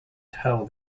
tell